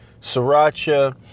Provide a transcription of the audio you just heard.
sriracha